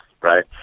right